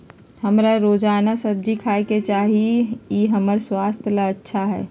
हमरा रोजाना सब्जिया खाय के चाहिए ई हमर स्वास्थ्य ला अच्छा हई